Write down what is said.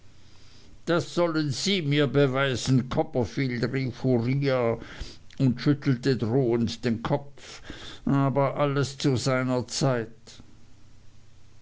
das sollen sie mir beweisen copperfield rief uriah und schüttelte drohend den kopf aber alles zu seiner zeit